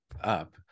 up